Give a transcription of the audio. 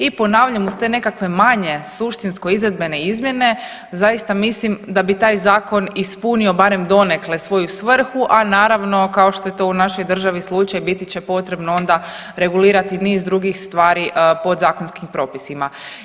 I ponavljam iz te nekakve manje suštinsko, izvedbene izmjene zaista mislim da bi taj zakon ispunio barem donekle svoju svrhu, a naravno kao što je to u našoj državi slučaj biti će potrebno onda regulirati niz drugih stvari podzakonskim propisima.